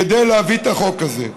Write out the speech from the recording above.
כדי להביא את החוק הזה.